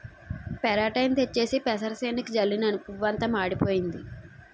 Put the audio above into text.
పెరాటేయిన్ తెచ్చేసి పెసరసేనుకి జల్లినను పువ్వంతా మాడిపోయింది